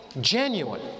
genuine